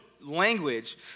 Language